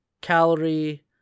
calorie